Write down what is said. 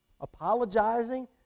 apologizing